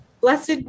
Blessed